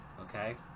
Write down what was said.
okay